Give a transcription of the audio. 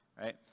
right